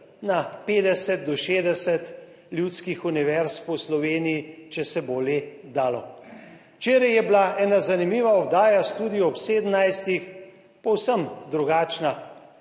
na 50 do 60 ljudskih univerz po Sloveniji, če se bo le dalo. Včeraj je bila ena zanimiva oddaja, Studio ob 17, povsem drugačna